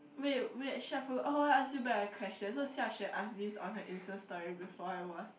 wait wait shuffle oh I ask you back the question so Xia-Xue ask this on her instaStory before I was